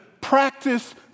practice